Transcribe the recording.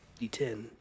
D10